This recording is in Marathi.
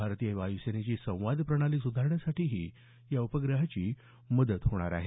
भारतीय वायुसेनेची संवाद प्रणाली सुधारण्यासही या उपग्रहाची मदत होणार आहे